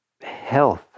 health